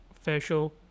facial